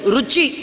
Ruchi